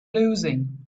losing